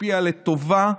השפיע לטובה: